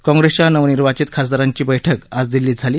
काँग्रेसच्या नवनिर्वाचित खासदारांची बैठक आज दिल्लीत झाली